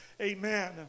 Amen